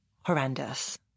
horrendous